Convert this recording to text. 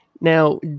now